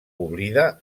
oblida